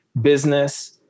business